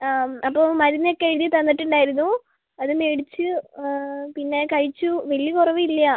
അപ്പോൾ മരുന്നൊക്കെ എഴുതി തന്നിട്ടുണ്ടായിരുന്നു അത് മേടിച്ചു പിന്നെ കഴിച്ചു വലിയ കുറവില്ല